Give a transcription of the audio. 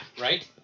right